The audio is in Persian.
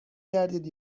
گردید